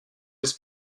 his